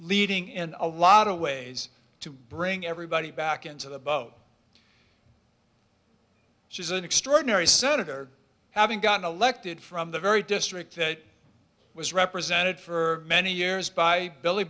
leading in a lot of ways to bring everybody back into the boat she is an extraordinary senator having gotten elected from the very district that was represented for many years by billy